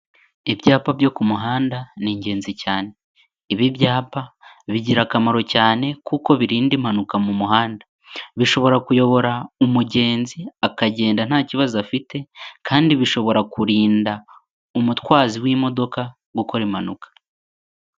Ibyapa byo ku muhanda ni ingenzi cyane, ibi byapa bigira akamaro cyane kuko birinda impanuka mu muhanda, bishobora kuyobora umugenzi akagenda nta kibazo afite kandi bishobora kurinda umutwazi w'imodoka gukora impanuka.